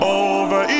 over